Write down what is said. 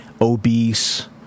obese